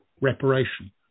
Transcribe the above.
reparation